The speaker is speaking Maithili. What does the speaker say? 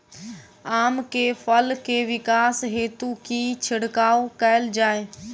आम केँ फल केँ विकास हेतु की छिड़काव कैल जाए?